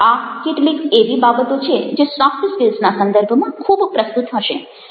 આ કેટલીક એવી બાબતો છે જે સોફ્ટ સ્કિલ્સના સંદર્ભમાં ખૂબ પ્રસ્તુત હશે